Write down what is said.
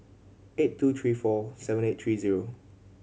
eight two three four seven eight three zero